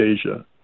Asia